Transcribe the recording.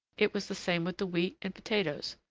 it was the same with the wheat and potatoes.